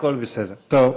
התשע"ח 2018,